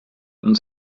uns